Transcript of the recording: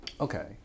Okay